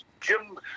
Jim